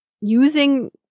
using